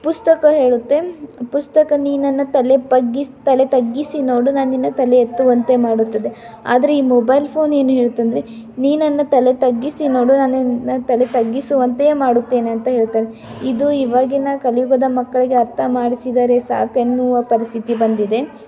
ಪುಸ್ತಕ ಹೇಳುತ್ತೆ ಪುಸ್ತಕ ನೀ ನನ್ನ ತಲೆ ತಗ್ಗಿಸ್ ತಲೆ ತಗ್ಗಿಸಿ ನೋಡು ನಾ ನಿನ್ನ ತಲೆ ಎತ್ತುವಂತೆ ಮಾಡುತ್ತದೆ ಆದರೆ ಈ ಮೊಬೈಲ್ ಫೋನ್ ಏನು ಹೇಳುತ್ತಂದರೆ ನೀ ನನ್ನ ತಲೆ ತಗ್ಗಿಸಿ ನೋಡು ನಾನು ನಿನ್ನ ತಲೆ ತಗ್ಗಿಸುವಂತೆಯೇ ಮಾಡುತ್ತೇನೆ ಅಂತ ಹೇಳ್ತವೆ ಇದು ಇವಾಗಿನ ಕಲಿಯುಗದ ಮಕ್ಕಳಿಗೆ ಅರ್ಥ ಮಾಡಿಸಿದರೆ ಸಾಕೆನ್ನುವ ಪರಿಸ್ಥಿತಿ ಬಂದಿದೆ